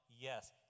Yes